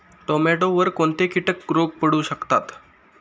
टोमॅटोवर कोणते किटक रोग पडू शकतात?